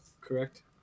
correct